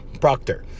Proctor